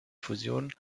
fusionen